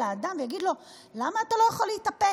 האדם ויגיד לו: למה אתה לא יכול להתאפק?